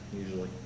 usually